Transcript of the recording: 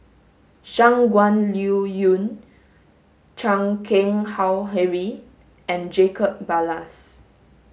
Shangguan Liuyun Chan Keng Howe Harry and Jacob Ballas